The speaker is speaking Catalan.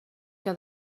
que